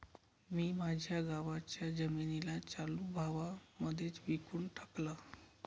मी माझ्या गावाच्या जमिनीला चालू भावा मध्येच विकून टाकलं